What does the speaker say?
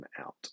out